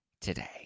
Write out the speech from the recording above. today